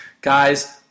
guys